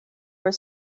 were